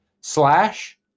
slash